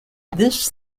this